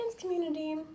community